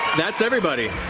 that's everybody.